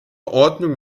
ordnung